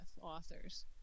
authors